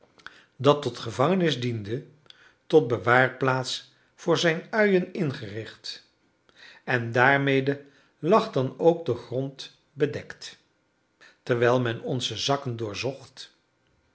dat tot gevangenis diende tot bewaarplaats voor zijn uien ingericht en daarmee lag dan ook de grond bedekt terwijl men onze zakken doorzocht